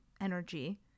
energy